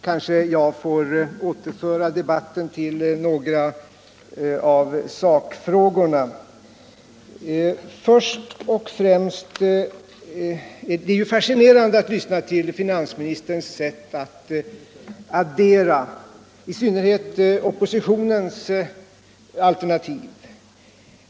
Herr talman! Efter denna stimulerande och av kammaren livligt uppskattade show kanske jag får återföra debatten till några av sakfrågorna. Det är fascinerande att lyssna på finansministerns sätt att addera oppositionens alternativ.